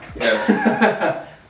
Yes